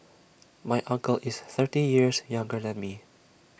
my uncle is thirty years younger than me